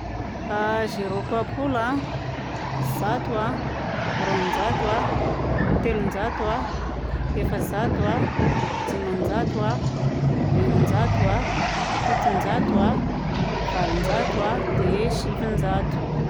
A zéro papola a, zato a, roanjato a, telonjato a, efajato a, dimanjato a, eninjato a, fitonjato a, valonjato a, dia sivinjato.